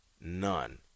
None